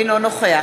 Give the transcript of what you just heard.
אינו נוכח